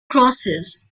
crosses